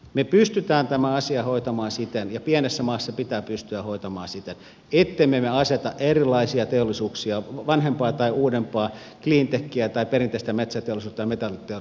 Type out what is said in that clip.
me pystymme tämän asian hoitamaan siten ja pienessä maassa se pitää pystyä hoitamaan siten ettemme me aseta erilaisia teollisuuksia vanhempaa tai uudempaa cleantechiä tai perinteistä metsäteollisuutta ja metalliteollisuutta vastakkain